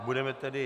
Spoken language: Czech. Budeme tedy...